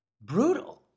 brutal